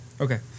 Okay